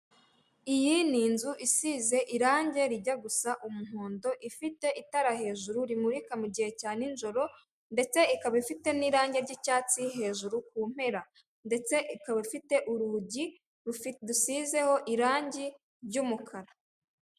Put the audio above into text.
Iyi ni inzu isize irangi rijya gusa umuhondo ifite itara hejuru rimurika mugihe cya nijoro ndetse ikaba ifite n'irangi ry'icyatsi hejuru ku mpera ndetse ikaba ifite urugi rudusiho irangi ry'umukara.